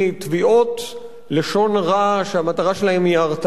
תביעות לשון הרע שהמטרה שלהן היא הרתעה.